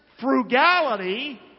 frugality